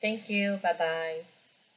thank you bye bye